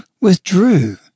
withdrew